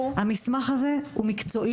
המסמך הזה הוא מקצועי לחלוטין.